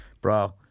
Bro